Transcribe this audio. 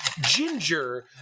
ginger